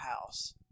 house